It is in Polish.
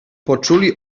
poczuli